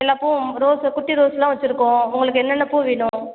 எல்லா பூவும் ரோஸு குட்டி ரோஸ்ஸெலாம் வச்சுருக்கோம் உங்களுக்கு என்னென்ன பூ வேணும்